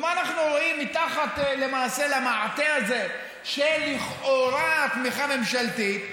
ומה אנחנו רואים מתחת למעשה למעטה הזה של לכאורה תמיכה ממשלתית?